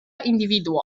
individuo